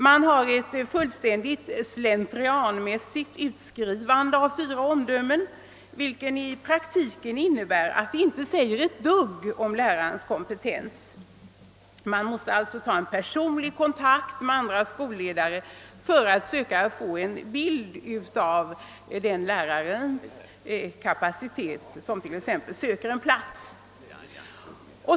Vederbörande skriver fullständigt slentrianmässigt ut fyra omdömen, vilket i praktiken innebär, att de inte säger ett dugg om lärarens kompetens. Man måste alltså ta personlig kontakt med andra skolledare för att söka få en bild av t.ex. en platssökande lärares kapacitet.